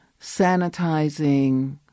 sanitizing